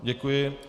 Děkuji.